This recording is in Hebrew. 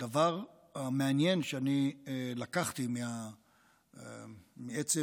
הדבר המעניין שאני לקחתי מעצם